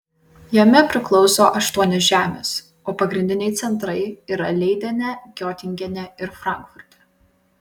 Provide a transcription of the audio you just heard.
jame priklauso aštuonios žemės o pagrindiniai centrai yra leidene giotingene ir frankfurte